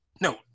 no